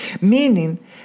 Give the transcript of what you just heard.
meaning